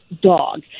dog